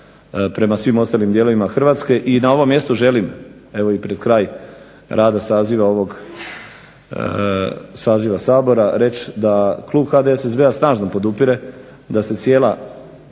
prema svim ostalim dijelovima Hrvatske. I na ovom mjestu želim, evo i pred kraj rada saziva ovog Sabora, reći da klub HDSSB-a snažno podupire da se cijela